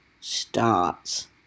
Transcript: starts